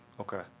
Okay